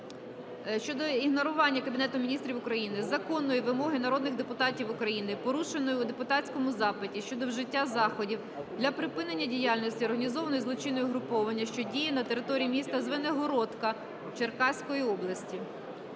щодо ігнорування Кабінетом Міністрів України законної вимоги народних депутатів України, порушеної у депутатському запиті щодо вжиття заходів для припинення діяльності організованого злочинного угруповання, що діє на території міста Звенигородка Черкаської області.